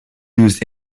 used